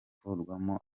gukurwamo